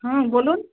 হুম বলুন